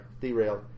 Derailed